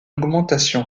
augmentation